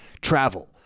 Travel